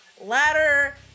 ladder